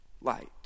light